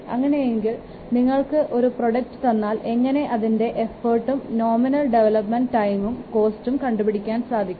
അങ്ങനെയെങ്കിൽ നിങ്ങൾക്ക് ഒരു പ്രോഡക്റ്റ് തന്നാൽ എങ്ങനെ അതിന്റെ എഫർട്ടും നോമിനൽ ഡെവലപ്മെന്റ് ടൈമും കോസ്റ്റും കണ്ടുപിടിക്കാൻ സാധിക്കും